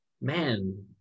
man